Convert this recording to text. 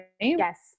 Yes